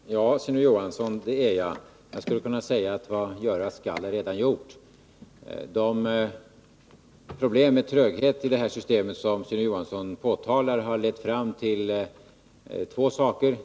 Fru talman! Ja, Sune Johansson, det är jag beredd till. Jag skulle kunna säga att vad göras skall är redan gjort. De problem med tröghet i systemet som Sune Johansson påtalar har lett fram till två saker.